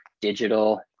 digital